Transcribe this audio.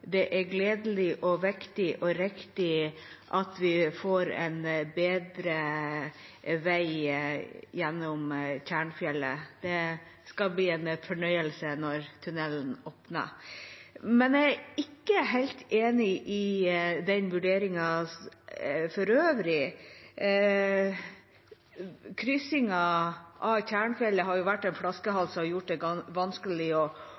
det er gledelig, viktig og riktig at vi får en bedre vei gjennom Tjernfjellet. Det skal bli en fornøyelse når tunnelen åpner. Men jeg er ikke helt enig i vurderingen for øvrig. Kryssingen av Tjernfjellet har vært en flaskehals som har gjort det vanskelig